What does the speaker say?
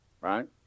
Right